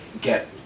get